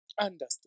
Understand